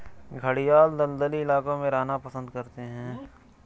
घड़ियाल दलदली इलाकों में रहना पसंद करते हैं